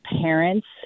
parents